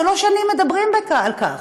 שלוש שנים מדברים על כך,